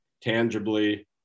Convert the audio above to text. tangibly